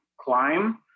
climb